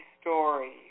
stories